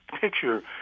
picture